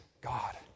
God